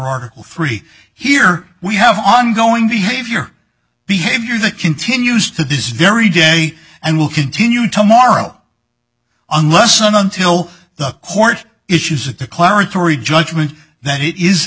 article three here we have ongoing behavior behavior that continues to this very day and will continue tomorrow unless and until the court issues a declaratory judgment that it is